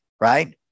right